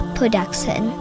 Production